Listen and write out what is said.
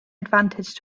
advantage